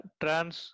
trans